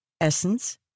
Essence